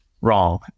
Wrong